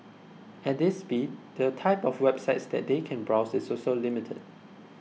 at this speed the type of websites that they can browse is also limited